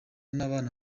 n’abana